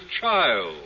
child